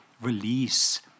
release